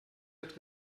hat